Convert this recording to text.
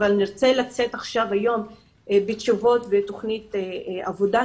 אבל נרצה לצאת היום עם תשובות ועם תכנית עבודה,